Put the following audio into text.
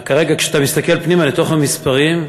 כרגע, כשאתה מסתכל פנימה לתוך המספרים,